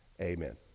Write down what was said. Amen